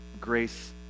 grace